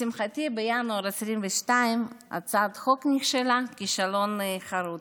לשמחתי, בינואר 2022 הצעת החוק נכשלה כישלון חרוץ.